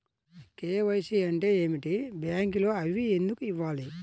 KYC అంటే ఏమిటి? బ్యాంకులో అవి ఎందుకు ఇవ్వాలి?